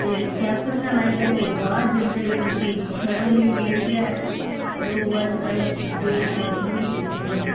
ते कैपरियां लाइयै लोग बाह्र जंदे ते लोकें ई शर्म नी रेह्दी ऐ लोक अज्जकल बेशर्म होई चुके दे न